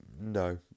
no